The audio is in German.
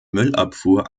müllabfuhr